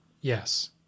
Yes